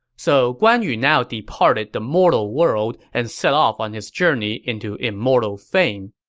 so guan yu now departed the mortal world and set off on his journey into immortal fame.